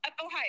Ohio